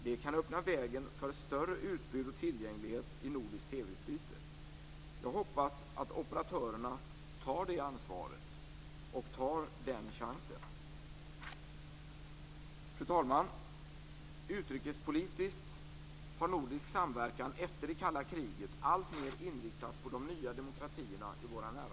Det kan öppna vägen för större utbud och tillgänglighet i nordiskt TV-utbyte. Jag hoppas att operatörerna tar det ansvaret och den chansen. Fru talman! Utrikespolitiskt har nordisk samverkan efter det kalla kriget alltmer inriktats på de nya demokratierna i våra närområden.